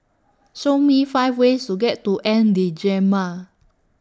Show Me five ways to get to N'Djamena